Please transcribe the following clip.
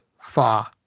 far